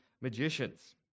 magicians